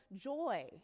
joy